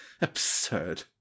Absurd